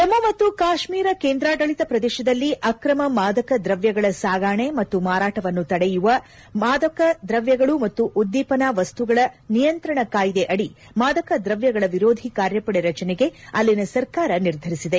ಜಮ್ಮು ಮತ್ತು ಕಾಶ್ಮೀರ ಕೇಂದ್ರಾಡಳಿತ ಪ್ರದೇಶದಲ್ಲಿ ಅಕ್ರಮ ಮಾದಕ ದ್ರವ್ಯಗಳ ಸಾಗಾಣಿ ಮತ್ತು ಮಾರಾಟವನ್ನು ತಡೆಯಲು ಮಾದಕ ದ್ರವ್ಯಗಳು ಮತ್ತು ಉದ್ದೀಪನ ವಸ್ತುಗಳ ನಿಯಂತ್ರಣ ಕಾಯಿದೆ ಅದಿ ಮಾದಕ ದ್ರವ್ಯಗಳ ವಿರೋಧಿ ಕಾರ್ಯಪಡೆ ರಚನೆಗೆ ಅಲ್ಲಿನ ಸರ್ಕಾರ ನಿರ್ಧರಿಸಿದೆ